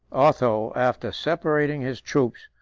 otho, after separating his troops,